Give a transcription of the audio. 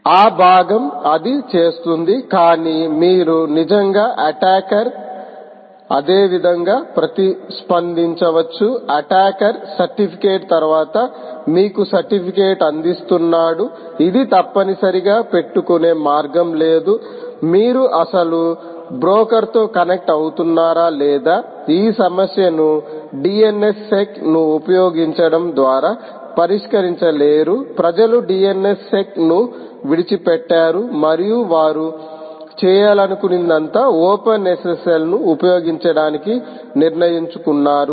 ఆ భాగం అది చేస్తుంది కానీ మీరు నిజంగా అటాకర్ అదే విధంగా ప్రతిస్పందించవచ్చు అటాకర్ సర్టిఫికేట్ తర్వాత మీకు సర్టిఫికేట్ అందిస్తున్నాడు ఇది తప్పనిసరిగా పట్టుకునే మార్గం లేదు మీరు అసలు బ్రోకర్తో కనెక్ట్ అవుతున్నారా లేదా ఈ సమస్యను DNSsec ను ఉపయోగించడం ద్వారా పరిష్కరించలేరు ప్రజలు DNSsec ను విడిచిపెట్టారు మరియు వారు చేయాలనుకున్నదంతా ఓపెన్ SSL ను ఉపయోగించడానికి నిర్ణయించుకున్నారు